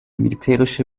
militärische